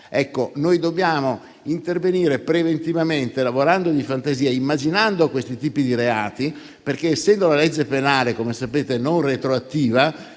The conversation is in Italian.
Ecco, dobbiamo intervenire preventivamente lavorando di fantasia, immaginando questi tipi di reati. Infatti, essendo la legge penale - come sapete - non retroattiva,